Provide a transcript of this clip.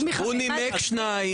הוא נימק שניים.